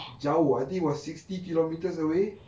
jauh I think was sixty kilometres away